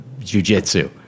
jujitsu